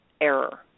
error